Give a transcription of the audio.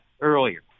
earlier